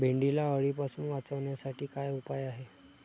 भेंडीला अळीपासून वाचवण्यासाठी काय उपाय आहे?